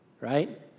right